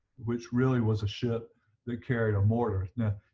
which really was a ship that carried a mortar now